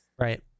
Right